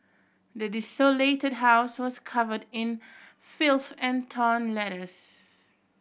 the desolated house was covered in filth and torn letters